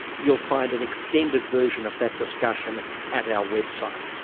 you'll find an extended version of that discussion at our website,